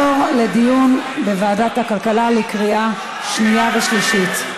לדיון בוועדת הכלכלה לקריאה שנייה ושלישית.